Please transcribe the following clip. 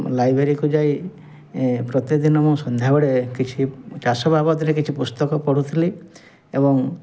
ଲାଇବ୍ରେରିକୁ ଯାଇ ପ୍ରତ୍ୟେକ ଦିନ ମୁଁ ସନ୍ଧ୍ୟାବେଳେ କିଛି ଚାଷ ବାବଦରେ କିଛି ପୁସ୍ତକ ପଢ଼ୁଥିଲି ଏବଂ